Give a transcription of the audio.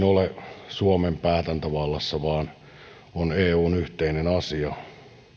ole yksin suomen päätäntävallassa vaan tämä on eun yhteinen asia